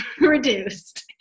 reduced